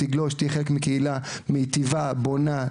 תגלוש ותהיה חלק מהקהילה מטיבה ובונה,